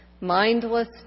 Mindless